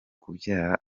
kubyara